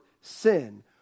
sin